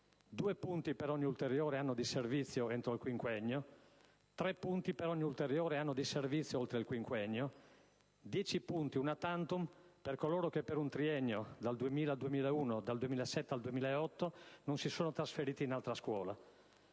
2 punti per ogni ulteriore anno di servizio entro il quinquennio; 3 punti per ogni ulteriore anno di servizio oltre il quinquennio; 10 punti *una tantum* per coloro che per un triennio (dal 2000-2001 al 2007-2008) non si sono trasferiti in altra scuola.